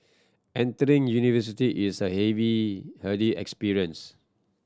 entering university is a heavy heady experience